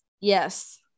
yes